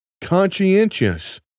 conscientious